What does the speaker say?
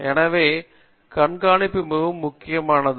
எனவே கண்காணிப்பு மிகவும் முக்கியமானது